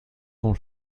grand